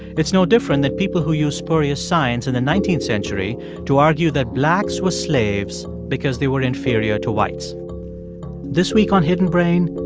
it's no different than people who used spurious science in the nineteenth century to argue that blacks were slaves because they were inferior to whites this week on hidden brain,